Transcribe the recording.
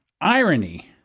irony